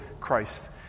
Christ